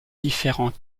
différents